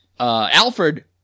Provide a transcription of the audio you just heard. Alfred